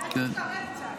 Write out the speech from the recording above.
אולי תתקרב קצת.